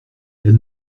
elle